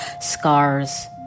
Scars